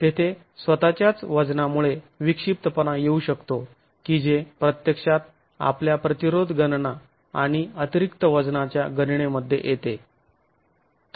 तेथे स्वतःच्याच वजनामुळे विक्षिप्तपणा येऊ शकतो कि जे प्रत्यक्षात आपल्या प्रतिरोध गणना आणि अतिरिक्त वजनाच्या गणनेमध्ये येतात